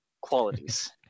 qualities